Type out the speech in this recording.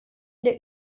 der